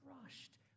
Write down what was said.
crushed